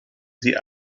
sie